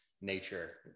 nature